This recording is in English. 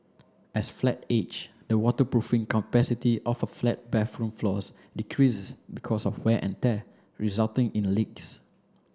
as flat age the waterproofing capacity of a flat bathroom floors decreases because of wear and tear resulting in leaks